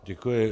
Děkuji.